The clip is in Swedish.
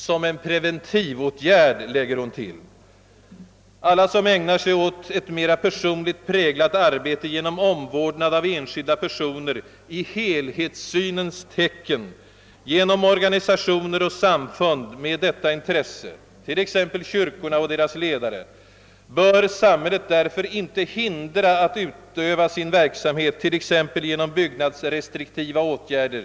Som en preventivåtgärd.» Alla som ägnar sig åt ett mer personligt präglat arbete genom en fördjupad omvårdnad av enskilda personer i helhetssynens tecken inom organisationer och samfund med sådant vårdintresse, t.ex. kyrkorna och deras ledare, bör därför inte av samhället hindras att utöva sin verksamhet genom t.ex. byggnadsrestriktiva åtgärder.